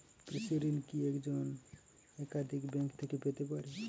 কৃষিঋণ কি একজন একাধিক ব্যাঙ্ক থেকে পেতে পারে?